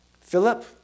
Philip